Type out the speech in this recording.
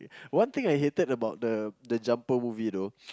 one thing I hated about the the Jumper movie though